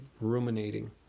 ruminating